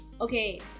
Okay